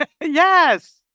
Yes